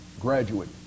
graduate